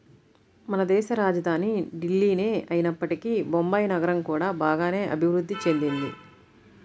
మనదేశ రాజధాని ఢిల్లీనే అయినప్పటికీ బొంబాయి నగరం కూడా బాగానే అభిరుద్ధి చెందింది